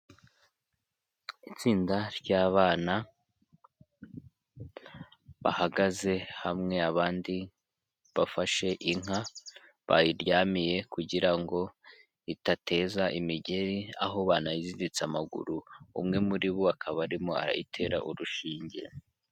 Itsinda ry'abana bahagaze hamwe, abandi bafashe inka, bayiryamiye kugira ngo idateza imigeri, aho banayiziritse amaguru, umwe muri bo akaba arimo arayitera urushinge.